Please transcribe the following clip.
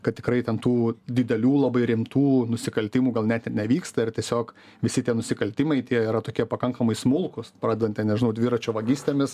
kad tikrai ten tų didelių labai rimtų nusikaltimų gal net ir nevyksta ir tiesiog visi tie nusikaltimai tie yra tokie pakankamai smulkūs pradedant ten nežinau dviračio vagystėmis